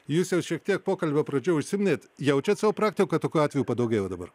jūs jau šiek tiek pokalbio pradžioj užsiminėt jaučiae savo praktikoj tokių atvejų padaugėjo dabar